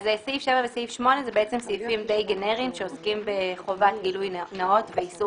וסעיף 8 הם סעיפים גנריים שעוסקים בחובת גילוי נאות ואיסור